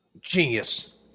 Genius